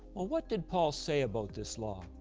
well what did paul say about this law?